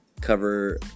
cover